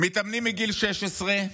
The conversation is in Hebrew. מתאמנים מגיל 16,